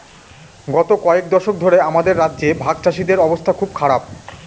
গত কয়েক দশক ধরে আমাদের রাজ্যে ভাগচাষীদের অবস্থা খুব খারাপ